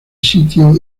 sitio